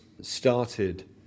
started